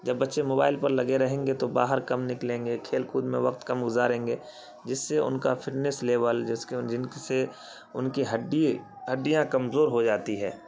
جب بچے موبائل پر لگے رہیں گے تو باہر کم نکلیں گے کھیل کود میں وقت کم گزاریں گے جس سے ان کا فٹنیس لیول جس جنک سے ان کی ہڈی ہڈیاں کمزور ہو جاتی ہے